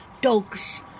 dogs